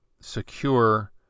secure